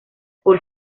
por